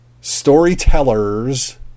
Storytellers